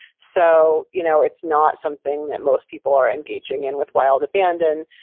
so, you know it's not something that most people are engaging in with wild abandon.